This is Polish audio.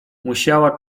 musiała